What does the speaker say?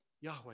Yahweh